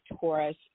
Taurus